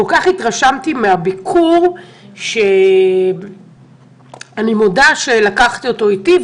התרשמתי מן הביקור שאני מודה שלקחתי אותו איתי,